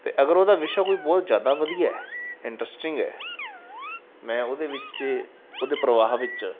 ਅਤੇ ਅਗਰ ਉਹਦਾ ਵਿਸ਼ਾ ਕੋਈ ਬਹੁਤ ਜ਼ਿਆਦਾ ਵਧੀਆ ਇੰਟਰਸਟਿੰਗ ਹੈ ਮੈਂ ਉਹਦੇ ਵਿੱਚ ਉਹਦੇ ਪਰਵਾਹ ਵਿੱਚ